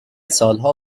سالها